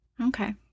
Okay